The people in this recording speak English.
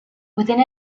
within